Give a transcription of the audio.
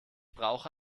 brauche